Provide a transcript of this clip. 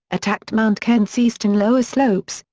attacked mount kent's eastern lower slopes,